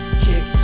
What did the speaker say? kick